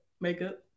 makeup